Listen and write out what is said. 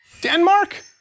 Denmark